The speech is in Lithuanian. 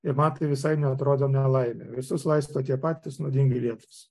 ir man tai visai neatrodo nelaimė visus laisto tie patys nuodingi lietūs